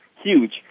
huge